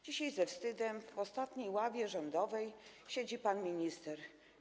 Dzisiaj ze wstydem w ostatniej ławie rządowej siedzi pan minister.